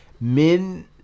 men